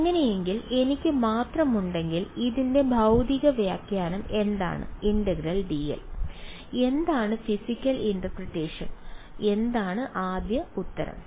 അങ്ങനെയെങ്കിൽ എനിക്ക് മാത്രമുണ്ടെങ്കിൽ ഇതിന്റെ ഭൌതിക വ്യാഖ്യാനം എന്താണ് ∫dl എന്താണ് ഫിസിക്കൽ ഇന്റർപ്രെട്ടേഷൻ എന്താണ് ആദ്യം ഉത്തരം